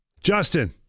Justin